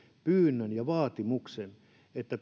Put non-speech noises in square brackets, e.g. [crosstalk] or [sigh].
pyynnön ja vaatimuksen että [unintelligible]